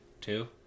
two